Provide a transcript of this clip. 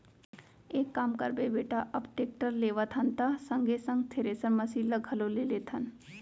एक काम करबे बेटा अब टेक्टर लेवत हन त संगे संग थेरेसर मसीन ल घलौ ले लेथन